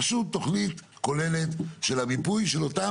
פשוט תוכנית כוללת של המיפוי של אותם